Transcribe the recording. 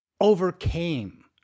overcame